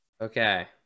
Okay